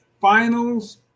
finals